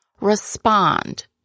respond